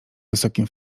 wysokim